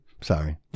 Sorry